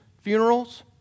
funerals